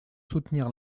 soutenir